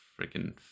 freaking